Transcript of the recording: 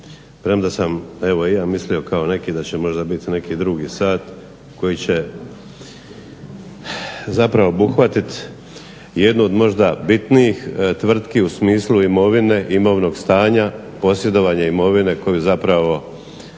premda sam evo i ja mislio kao neki da će možda biti neki drugi sat koji će zapravo obuhvatiti jednu od možda bitnijih tvrtki u smislu imovine, imovnog stanja, posjedovanja imovine koju zapravo